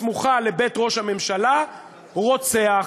הסמוכה לבית ראש הממשלה: רוצח.